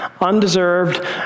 Undeserved